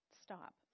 stop